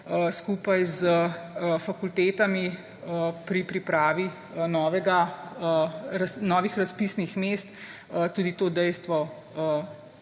skupaj s fakultetami pri pripravi novih razpisnih mest tudi to dejstvo